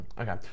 Okay